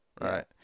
Right